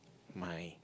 my